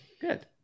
Good